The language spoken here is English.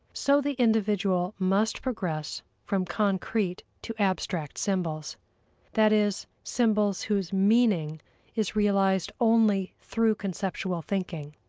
so the individual must progress from concrete to abstract symbols that is, symbols whose meaning is realized only through conceptual thinking.